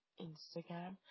Instagram